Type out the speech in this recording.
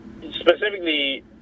specifically